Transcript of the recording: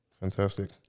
Fantastic